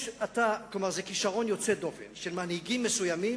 זה כשרון יוצא דופן של מנהיגים מסוימים,